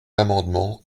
l’amendement